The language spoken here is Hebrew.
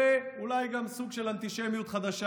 אולי גם סוג של אנטישמיות חדשה,